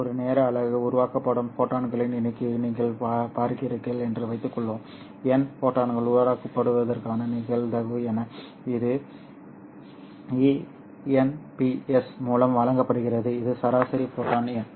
ஒரு நேர அலகு உருவாக்கப்படும் ஃபோட்டான்களின் எண்ணிக்கையை நீங்கள் பார்க்கிறீர்கள் என்று வைத்துக்கொள்வோம் n ஃபோட்டான்கள் உருவாக்கப்படுவதற்கான நிகழ்தகவு என இது e Nps மூலம் வழங்கப்படுகிறது இது சராசரி ஃபோட்டான் எண்